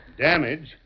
Damage